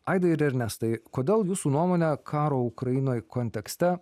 aidai ir ernestai kodėl jūsų nuomone karo ukrainoj kontekste